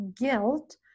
guilt